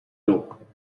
lobo